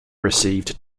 received